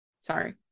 sorry